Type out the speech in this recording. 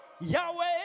Yahweh